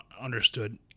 understood